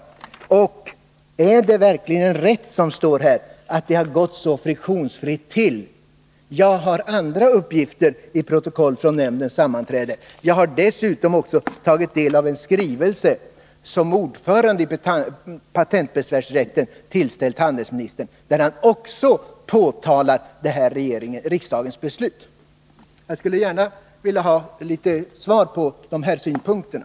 Till sist: Förhåller det sig verkligen så som det står i svaret, att det har gått så friktionsfritt till i nämnden? Jag har andra uppgifter i protokoll från nämndens sammanträden. Jag har dessutom också tagit del av en skrivelse som ordföranden i patentbesvärsrätten tillställt handelsministern och i vilken ordföranden tar upp riksdagens beslut. Jag skulle gärna vilja ha handelsministerns svar på de här frågorna.